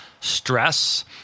stress